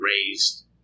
raised